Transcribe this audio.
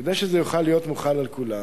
כדי שזה יוכל להיות מוחל על כולם,